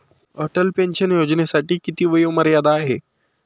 Atal pension योजनेसाठी किती वयोमर्यादा आहे?